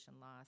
loss